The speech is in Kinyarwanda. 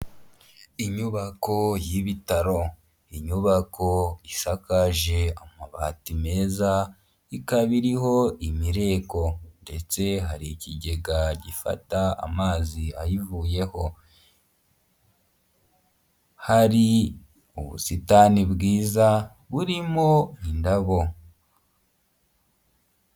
Inyubako y'ibitaro. Inyubako isakaje amabati meza ikaba iriho imireko ndetse hari ikigega gifata amazi ayivuyeho hari ubusitani bwiza burimo indabo.